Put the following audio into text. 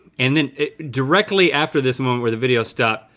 and then directly after this moment where the video stopped,